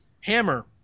hammer